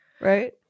right